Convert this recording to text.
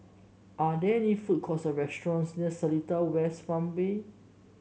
are there food courts or restaurants near Seletar West Farmway